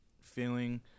feeling